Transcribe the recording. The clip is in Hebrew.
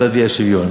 מדד האי-שוויון.